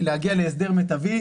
להגיע להסדר מיטבי.